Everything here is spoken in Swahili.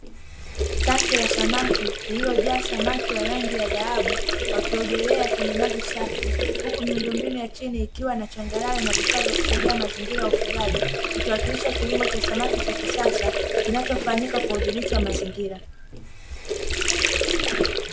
Tanki la samaki lililojaa samaki wa rangi ya dhahabu wakiogelea kwenye maji safi, huku miundombinu ya chini ikiwa na changarawe na vifaa vya kusaidia mazingira ya ufugaji. Ikiwakilisha kilimo cha samaki cha kisasa kinachofanyika kwa udhibiti wa mazingira.